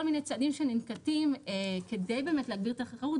מיני צעדים שננקטים כדי באמת להגביר את התחרות,